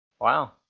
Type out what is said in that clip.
Wow